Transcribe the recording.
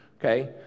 Okay